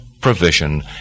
provision